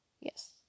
Yes